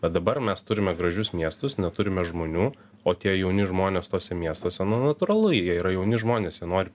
bet dabar mes turime gražius miestus neturime žmonių o tie jauni žmonės tuose miestuose nu natūralu jie yra jauni žmonės nori